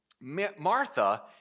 Martha